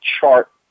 chart